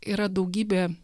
yra daugybė